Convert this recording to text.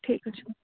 ଠିକ୍ ଅଛି